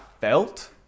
felt